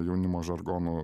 jaunimo žargonu